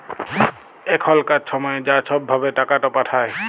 এখলকার ছময়ে য ছব ভাবে টাকাট পাঠায়